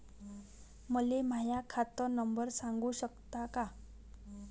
मले माह्या खात नंबर सांगु सकता का?